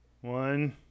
One